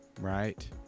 right